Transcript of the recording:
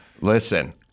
Listen